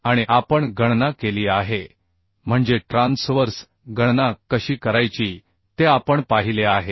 आणि आपण गणना केली आहे म्हणजे ट्रान्सवर्स गणना कशी करायची ते आपण पाहिले आहे